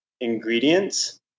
Ingredients